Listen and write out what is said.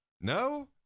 No